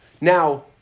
Now